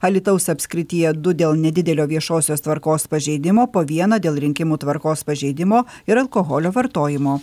alytaus apskrityje du dėl nedidelio viešosios tvarkos pažeidimo po vieną dėl rinkimų tvarkos pažeidimo ir alkoholio vartojimo